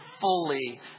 fully